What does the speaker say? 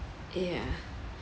yeah